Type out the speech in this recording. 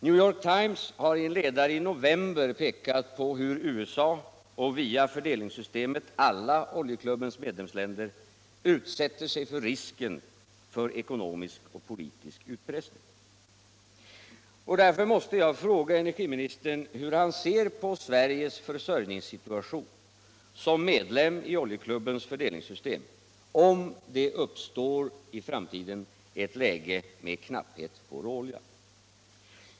New York Times har i en ledare i november pekat på hur USA — och via fördelningssystemet alla Oljeklubbens medlemsländer — utsätter sig för risken för ekonomisk och politisk utpressning. Därför måste jag fråga energiministern hur han ser på Sveriges försörjningssituation som medlem i Oljeklubbens fördelningssystem, om det i framtiden uppstår ett läge av knapphet på råolja.